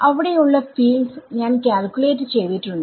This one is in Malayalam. അവിടെ ഉള്ള ഫീൽഡ്സ് ഞാൻ കാൽക്യൂലേറ്റ് ചെയ്തിട്ടുണ്ട്